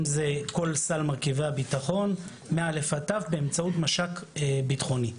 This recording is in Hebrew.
אם זה כל סל מרכיבי הביטחון מ-א' עד ת' באמצעות מש"ק ביטחוני.